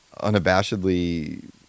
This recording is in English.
unabashedly